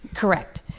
correct.